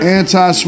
Anti